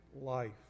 life